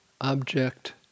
object